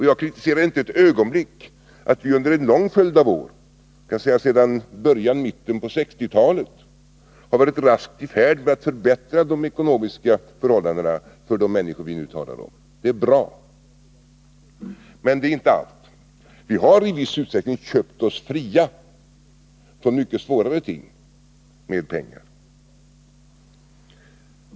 Jag kritiserar inte ett ögonblick att vi under en lång följd av år — skall vi säga sedan början eller mitten av 1960-talet — har raskt förbättrat de ekonomiska förhållandena för de människor vi nu talar om. Det är bra. Men det är inte allt. Vi har ju i viss utsträckning med pengar köpt oss fria från mycket svårare tider.